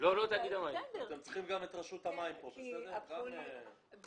צריך את משרד הפנים.